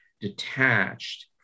detached